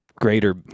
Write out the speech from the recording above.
greater